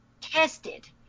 tested